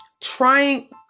trying